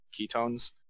ketones